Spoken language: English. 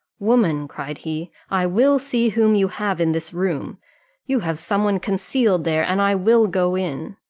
woman! cried he, i will see whom you have in this room you have some one concealed there, and i will go in.